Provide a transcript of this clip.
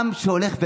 עם שהולך ומת.